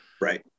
right